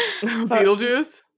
Beetlejuice